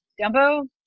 Dumbo